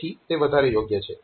તેથી તે વધારે યોગ્ય છે